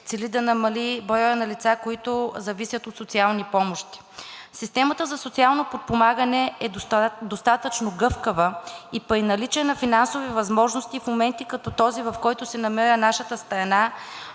цели да намали броя лица, зависещи от социални помощи. Системата за социалното подпомагане е достатъчно гъвкава и при наличие на финансови възможности в моменти като този, в който се намира нашата страна